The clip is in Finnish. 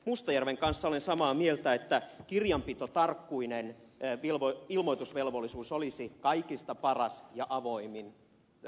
mustajärven kanssa olen samaa mieltä siitä että kirjanpitotarkkuuteen perustuva ilmoitusvelvollisuus olisi kaikista paras ja avoimin malli toimia